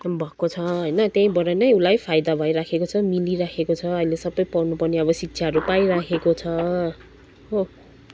काम भएको छ होइन त्यहीबाट नै उसलाई फाइदा भइराखेको छ मिलिराखेको छ अहिले सब पढ्नु पर्ने अब शिक्षाहरू पाइराखेको छ हो